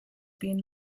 been